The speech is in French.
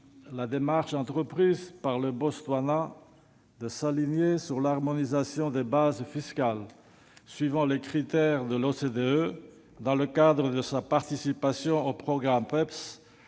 la démarche entreprise par le Botswana de s'aligner sur l'harmonisation des bases fiscales selon les critères de l'OCDE, dans le cadre de sa participation au programme BEPS,